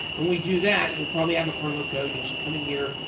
and we do that, we'll probably have a promo code. you just come in here,